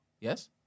Yes